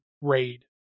raid